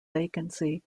vacancy